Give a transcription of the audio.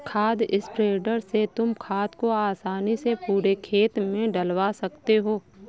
खाद स्प्रेडर से तुम खाद को आसानी से पूरे खेत में डलवा सकते हो